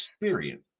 experience